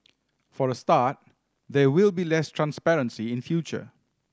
for a start there will be less transparency in future